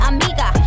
Amiga